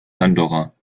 andorra